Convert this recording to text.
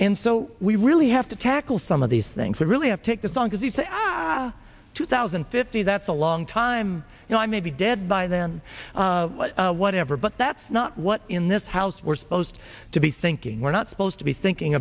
and so we really have to tackle some of these things that really have to take this long as you say two thousand and fifty that's a long time you know i may be dead by then but whatever but that's not what in this house we're supposed to be thinking we're not supposed to be thinking